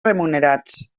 remunerats